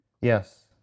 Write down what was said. Yes